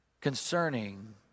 concerning